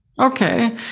Okay